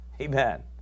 Amen